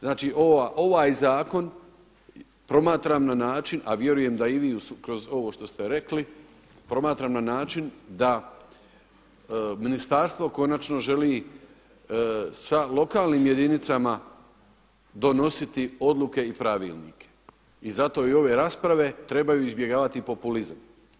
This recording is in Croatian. Znači ovaj zakon promatram na način, a vjerujem da i vi kroz ovo što ste rekli, promatram na način da ministarstvo konačno želi sa lokalnim jedinicama donositi odluke i pravilnike i zato i ove rasprave trebaju izbjegavati populizam.